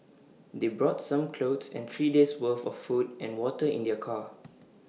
they brought some clothes and three days' worth of food and water in their car